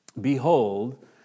behold